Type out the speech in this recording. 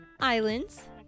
Islands